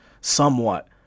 somewhat